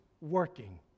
working